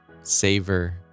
Savor